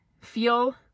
feel